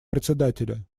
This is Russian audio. председателя